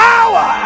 Power